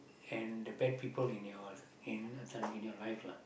and the bad people in your in this one in your life lah